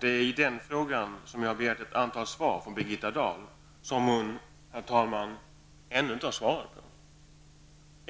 Det är i den frågan jag har begärt ett antal svar från Birgitta Dahl, som hon, herr talman, ännu inte har lämnat.